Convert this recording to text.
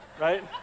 right